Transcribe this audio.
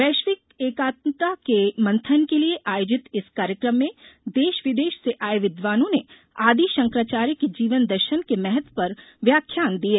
वैश्विक एकात्मकता के मंथन के लिए आयोजित इस कार्यक्रम में देश विदेश से आये विद्वानों ने आदि शंकराचार्य के जीवन दर्शन के महत्व पर व्याख्यान दिए